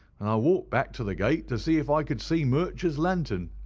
and i walked back to the gate to see if i could see murcher's lantern,